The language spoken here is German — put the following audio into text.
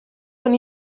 von